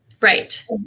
Right